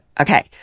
Okay